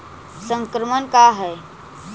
संक्रमण का है?